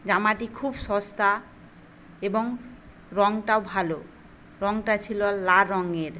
জামাটি খুব সস্তা এবং রংটাও ভালো রংটা ছিল লাল রঙের